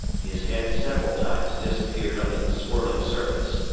his head several times disappeared under the swirling surface.